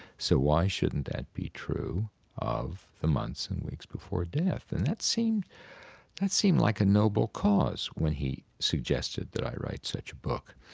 so why shouldn't that be true of the months and weeks before death. and that seemed that seemed like a noble cause when he suggested that i write such a book.